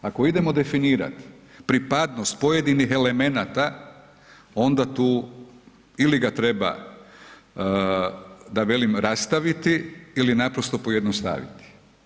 Ako idemo definirat pripadnost pojedinih elemenata, onda tu ili ga treba da velim rastaviti ili naprosto pojednostaviti.